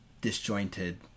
disjointed